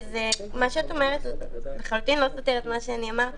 מה שאת אומרת לחלוטין לא סותר את מה שאני אמרתי.